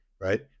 right